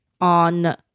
on